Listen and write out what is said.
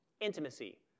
intimacy